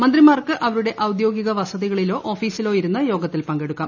മന്ത്രിമാർക്ക് അവരുടെ ഔദ്യോഗിക വസതികളിലോ ഓഫീസിലോ ഇരുന്ന് യോഗത്തിൽ പങ്കെടുക്കാം